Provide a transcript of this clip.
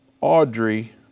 Audrey